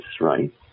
right